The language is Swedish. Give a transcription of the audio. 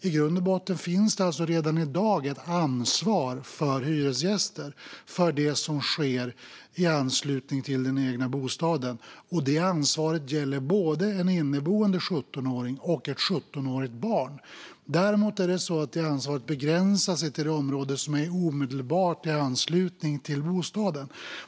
I grund och botten finns alltså redan i dag ett ansvar för hyresgäster för det som sker i anslutning till den egna bostaden. Det ansvaret gäller både en inneboende 17-åring och ett 17-årigt barn. Däremot begränsar sig ansvaret till det område som är omedelbart i anslutning till bostaden.